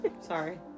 Sorry